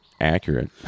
accurate